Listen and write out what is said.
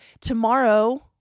Tomorrow